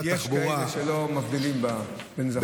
יש כאלה שלא מבדילים בין זכר לנקבה.